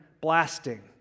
blasting